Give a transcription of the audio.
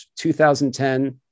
2010